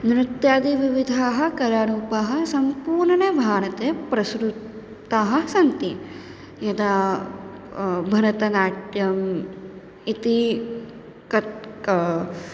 नृत्यादि विविधाः कलारूपाः सम्पूर्णने भारते प्रसृताः सन्ति यदा भरतनाट्यम् इति कत् का